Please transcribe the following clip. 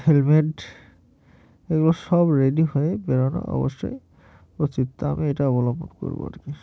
helmet এগুলো সব ready হয়ে বেরনো অবশ্যই উচিত তা আমি এটা অবলম্বন করব আর কি